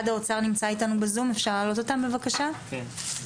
אנחנו ננסה להעלות אותם באופן